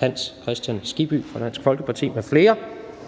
Hans Kristian Skibby (DF) m.fl.